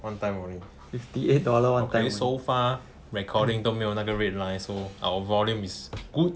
one time only okay so far recording 都没有那个 red line so our volume is good